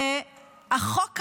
והחוק הזה,